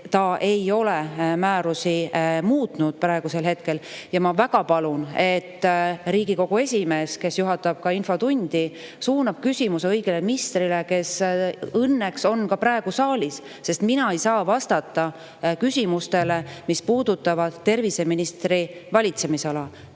ta ei ole praegu määrusi muutnud. Ja ma väga palun, et Riigikogu esimees, kes juhatab infotundi, suunaks küsimuse õigele ministrile, kes õnneks on ka praegu saalis, sest mina ei saa vastata küsimustele, mis puudutavad terviseministri valitsemisala.